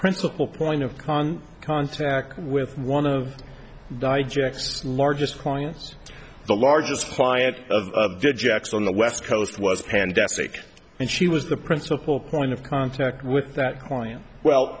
principal point of con contact with one of digex largest clients the largest client of jacks on the west coast was pandemic and she was the principal point of contact with that client well